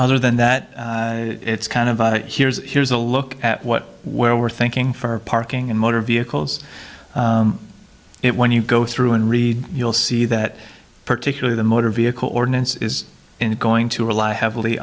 other than that it's kind of a here's here's a look at what where we're thinking for parking and motor vehicles it when you go through and read you'll see that particularly the motor vehicle ordinance is going to rely heavily